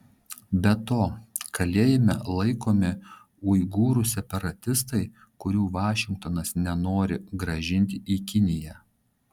be to kalėjime laikomi uigūrų separatistai kurių vašingtonas nenori grąžinti į kiniją